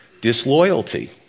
disloyalty